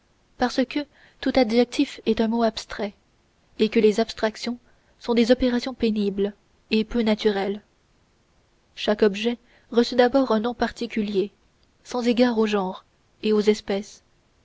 parce que tout adjectif est un mot abstrait et que les abstractions sont des opérations pénibles et peu naturelles chaque objet reçut d'abord un nom particulier sans égard aux genres et aux espèces